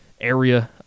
Area